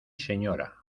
señora